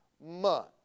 month